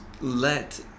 let